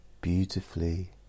beautifully